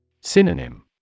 Synonym